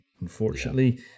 unfortunately